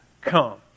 come